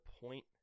point